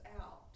out